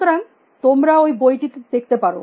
সুতরাং তোমরা ওই বইটি দেখতে পারো